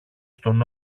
στον